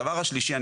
הדבר השלישי,